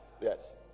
Yes